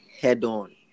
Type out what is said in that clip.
head-on